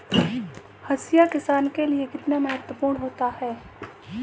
हाशिया किसान के लिए कितना महत्वपूर्ण होता है?